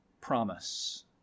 Promise